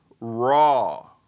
raw